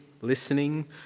listening